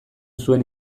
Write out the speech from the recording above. zuen